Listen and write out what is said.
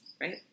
right